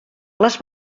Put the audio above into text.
les